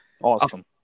Awesome